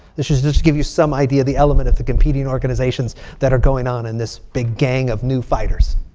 this is just to give you some idea of the element of the competing organizations that are going on in this big gang of new fighters.